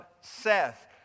Seth